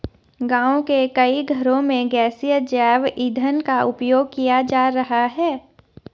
गाँव के कई घरों में गैसीय जैव ईंधन का उपयोग किया जा रहा है